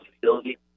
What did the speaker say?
facility